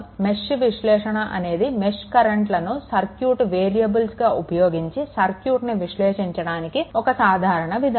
mesh విశ్లేషణ అనేది mesh కరెంట్లను సర్క్యూట్ వేరియబుల్స్ గా ఉపయోగించి సర్క్యూట్ని విశ్లేషించడానికి ఒక సాధారణ విధానం